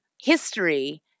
history